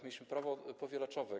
Mieliśmy prawo powielaczowe.